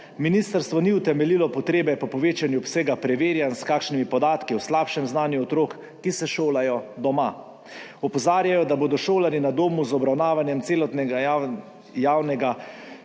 Ministrstvo ni utemeljilo potrebe po povečanju obsega preverjanj s kakšnimi podatki o slabšem znanju otrok, ki se šolajo doma. Opozarjajo, da bodo šolarji na domu z obravnavanjem celotnega javnega